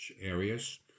areas